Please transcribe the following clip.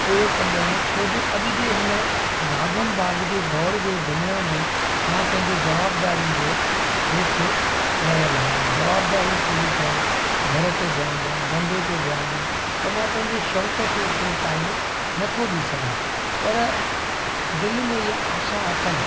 पूरो कंदो आहियां छो जो अॼु जे हिन भाॻम भाॻ जे दौड़ जे दुनिया में मां पंहिंजे जवाबदारियुनि जे हेठि रहियल आहियां जवाबदारियूं पूरियूं कयां घर ते ध्यानु ॾियां धंधे ते ध्यानु ॾियां त मां पंहिंजे शौक़ु खे एतिरो टाइम न थो ॾेई सघां पर दिलि में इहा आशा अथमि